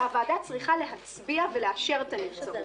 והוועדה צריכה להצביע ולאשר את הנבצרות.